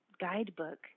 guidebook